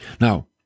Now